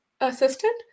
assistant